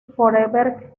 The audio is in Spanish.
forever